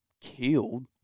killed